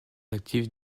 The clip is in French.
actifs